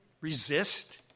resist